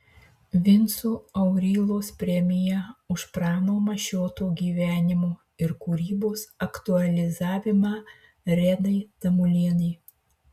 vinco aurylos premija už prano mašioto gyvenimo ir kūrybos aktualizavimą redai tamulienei